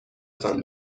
تان